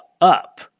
up